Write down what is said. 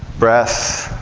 breath,